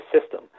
system